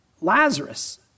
Lazarus